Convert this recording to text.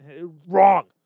Wrong